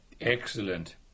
Excellent